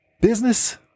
Business